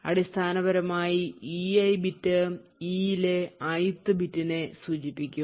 അടിസ്ഥാനപരമായി ei bit e യിലെ ith ബിറ്റിനെ സൂചിപ്പിക്കും